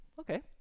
Okay